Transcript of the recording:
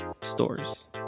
stores